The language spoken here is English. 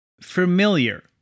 familiar